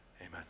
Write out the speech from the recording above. Amen